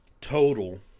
total